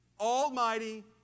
Almighty